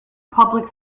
public